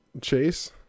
Chase